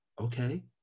okay